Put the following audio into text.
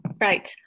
Right